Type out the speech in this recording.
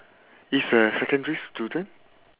it's a secondary student